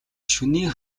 шөнийн